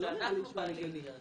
זה לא נשמע לי הגיוני.